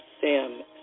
Sam